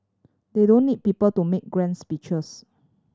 they don't need people to make grand speeches